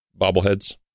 bobbleheads